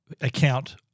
account